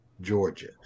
Georgia